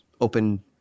open